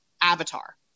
Avatar